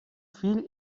fill